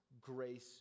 Grace